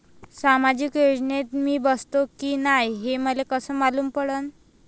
सामाजिक योजनेत मी बसतो की नाय हे मले कस मालूम पडन?